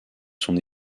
son